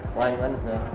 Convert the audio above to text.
wine wednesday.